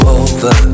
over